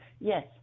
yes